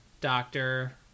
doctor